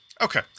Okay